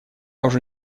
уже